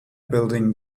building